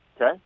Okay